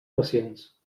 pacients